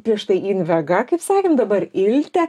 prieš tai invega kaip sakėm dabar ilte